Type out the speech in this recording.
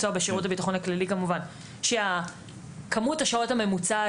שכמות השעות הממוצעת לעובד תהיה Y,